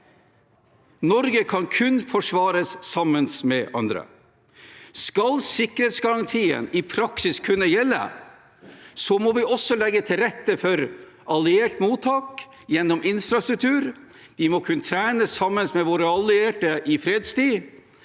Norge kan kun forsvares sammen med andre. Skal sikkerhetsgarantien i praksis kunne gjelde, må vi også legge til rette for alliert mottak gjennom infrastruktur, vi må kunne trene sammen med våre allierte i fredstid,